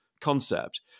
concept